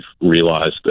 realized